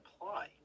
apply